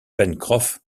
pencroff